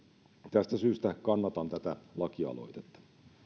tästä syystä kannatan tätä lakialoitetta